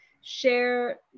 share